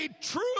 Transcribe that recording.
true